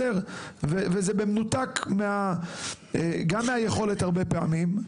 וזה במנותק גם מהיכולת הרבה פעמים,